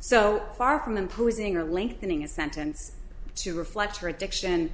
so far from imposing or lengthening a sentence to reflect her addiction